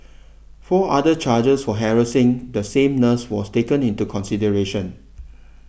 four other charges for harassing the same nurse was taken into consideration